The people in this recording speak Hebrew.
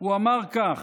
הוא אמר כך: